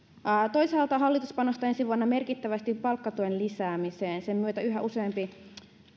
toisaalta hallitus panostaa ensi vuonna merkittävästi palkkatuen lisäämiseen sen myötä yhä useampi